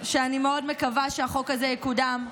מקווה שהחוק הזה יקודם,